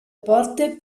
porte